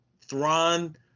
Thrawn